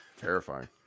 terrifying